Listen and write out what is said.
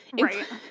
Right